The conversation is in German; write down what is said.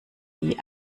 die